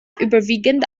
überwiegend